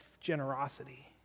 generosity